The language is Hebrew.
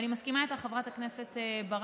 אני מסכימה איתך, חברת הכנסת ברק,